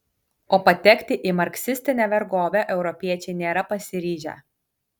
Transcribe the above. o patekti į marksistinę vergovę europiečiai nėra pasiryžę